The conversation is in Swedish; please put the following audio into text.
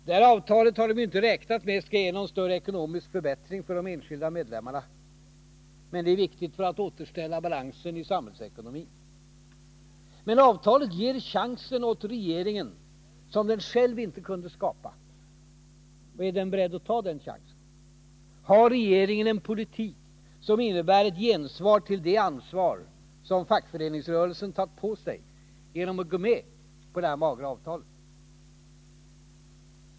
De har inte räknat med att det här avtalet kommer att ge någon ekonomisk förbättring för de enskilda medlemmarna, men det är viktigt för att återställa balansen i samhällsekonomin. Avtalet ger dock regeringen en chans som den själv inte kunde skapa. Är den beredd att ta den chansen? Har regeringen en politik som innebär ett gensvar till det ansvar som fackföreningsrörelsen tagit på sig genom att gå med på detta magra avtal?